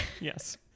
yes